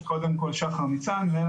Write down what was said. בבקשה.